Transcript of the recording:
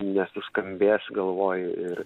nesuskambės galvoj ir